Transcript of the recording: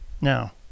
Now